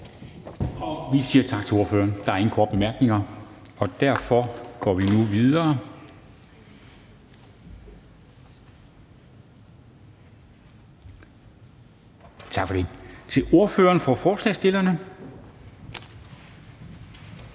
Vi siger tak til ordføreren. Der er ingen korte bemærkninger. Derfor går vi nu videre til ordføreren for forslagsstillerne, hr.